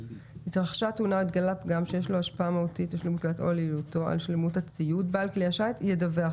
התרחשה תאונה שיש לה השפעה מהותית על שלמות הציוד בעל כלי השיט ידווח.